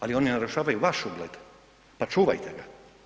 Ali oni narušavaju vaš ugled, pa čuvajte ga.